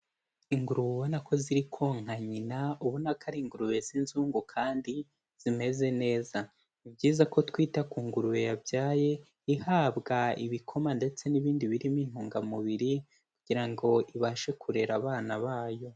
Ingurube ubona ko ziri konka nyina ubona ko ari ingurube z'inzungu kandi zimeze neza, ni byiza ko twita ku ngurube yabyaye ihabwa ibikoma ndetse n'ibindi birimo intungamubiri kugira ngo ibashe kurera abana bayo.